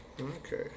Okay